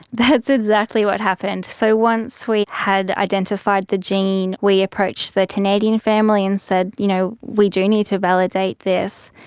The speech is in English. that's exactly what happened. so once we had identified the gene, we approach the canadian family and said, you know, we do need to validate this.